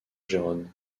gérone